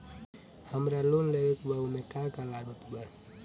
हमरा लोन लेवे के बा ओमे का का लागत बा?